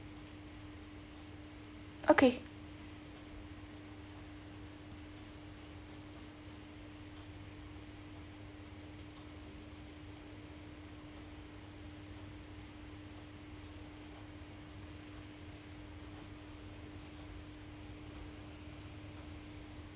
okay